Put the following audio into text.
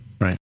right